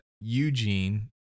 Eugene